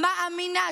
מאמינה,